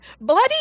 bloody